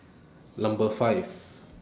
Number five